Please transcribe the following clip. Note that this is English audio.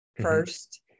first